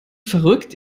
verrückt